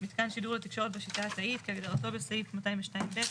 "מיתקן שידור לתקשורת בשיטה התאית" כהגדרתו בסעיף 202ב,